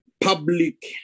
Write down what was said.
public